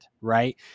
right